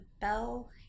Bell